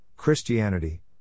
Christianity